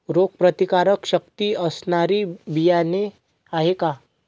रोगप्रतिकारशक्ती असणारी बियाणे आहे का?